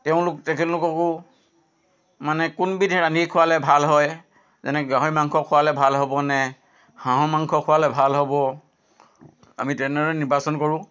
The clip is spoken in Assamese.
তেওঁলোক তেখেতলোককো মানে কোনবিধে ৰান্ধি খোৱালে ভাল হয় যেনে গাহৰি মাংস খোৱালে ভাল হ'বনে হাঁহৰ মাংস খোৱালে ভাল হ'ব আমি তেনেদৰে নিৰ্বাচন কৰোঁ